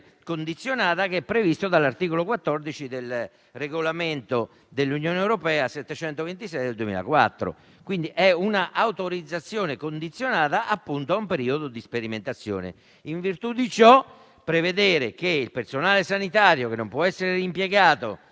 condizionata previsto dall'articolo 14 del Regolamento dell'Unione europea n. 726 del 2004. Si tratta di un'autorizzazione condizionata a un periodo di sperimentazione. In virtù di ciò, prevedere che il personale sanitario che non si vaccina